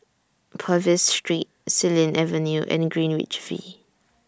Purvis Street Xilin Avenue and Greenwich V